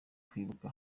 kwibuka